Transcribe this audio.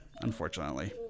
Unfortunately